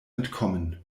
entkommen